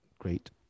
Great